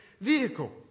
vehicle